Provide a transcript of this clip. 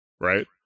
Right